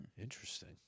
Interesting